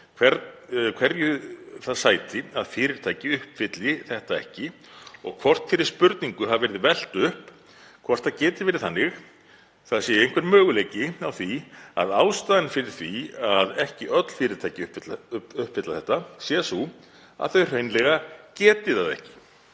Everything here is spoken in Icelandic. hverju það sæti að fyrirtæki uppfylli þetta ekki og hvort þeirri spurningu hafi verið velt upp hvort það geti verið þannig, það sé einhver möguleiki á því að ástæðan fyrir því að ekki öll fyrirtæki uppfylla þetta sé sú að þau hreinlega geti það ekki.“